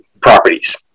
properties